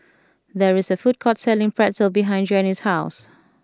there is a food court selling Pretzel behind Janie's house